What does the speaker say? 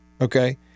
okay